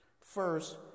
First